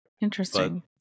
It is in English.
Interesting